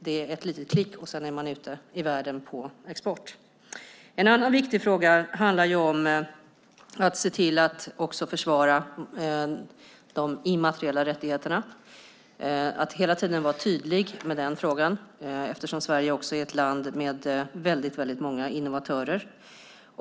Det är ett litet klick, och sedan är man ute i världen på export. En annan viktig fråga handlar om att också försvara de immateriella rättigheterna och att hela tiden vara tydlig med den frågan eftersom Sverige också är ett land med väldigt många innovatörer.